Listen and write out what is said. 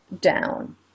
down